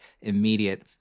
immediate